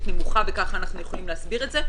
נמוכה וככה אנחנו יכולים להסביר את זה,